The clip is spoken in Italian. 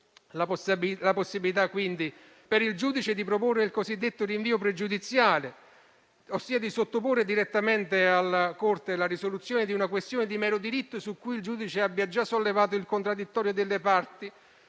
la possibilità per il giudice di proporre il cosiddetto rinvio pregiudiziale, ossia di sottoporre direttamente alla Corte la risoluzione di una questione di mero diritto su cui il giudice abbia già sollevato il contraddittorio delle parti,